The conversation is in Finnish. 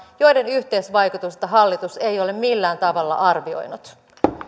joiden yhteisvaikutusta hallitus ei ole millään tavalla arvioinut eli välikysymys on